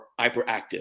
hyperactive